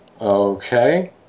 Okay